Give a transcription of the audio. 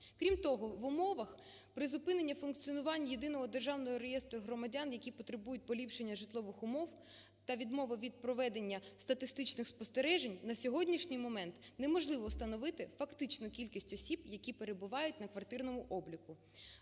Крім того, в умовах призупинення функціонування Єдиного державного реєстру громадян, які потребують поліпшення житлових умов, та відмови від проведення статистичних спостережень на сьогоднішній момент не можливо встановити фактичну кількість осіб, які перебувають на квартирному обліку.